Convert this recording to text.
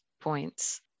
points